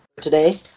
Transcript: Today